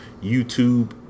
YouTube